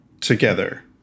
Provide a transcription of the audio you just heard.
together